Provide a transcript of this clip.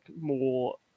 more